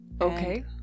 Okay